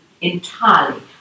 entirely